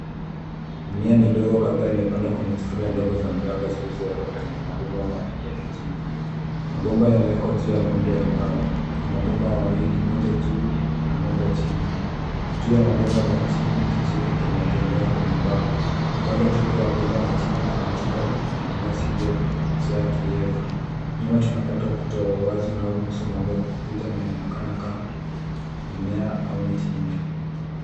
Mimea midogo kadhaa imepandwa kwenye sufuria ndogo za mraba zilizowekwa kwenye mabomba mawili ya kijivu. Mabomba yamewekwa juu ya miundo ya mbao, na mabomba mawili moja juu na moja chini. Juu ya mabomba la chini kijiko kimeegemea kwenye mbao. Upande wa kushoto wa bomba la chini kuna chupa ya glasi iliyojaa kiowevu. Nyuma tunapata ukuta wa wazi unaoruhusu mwanga kupita na inaonekana kaa mimea au miti nje.